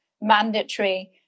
mandatory